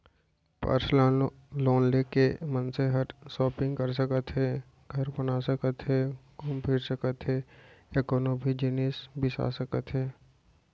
personal loan ले के मनसे हर सॉपिंग कर सकत हे, घर बना सकत हे घूम फिर सकत हे या कोनों भी जिनिस बिसा सकत हे